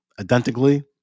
identically